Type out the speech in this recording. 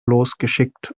losgeschickt